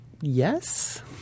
Yes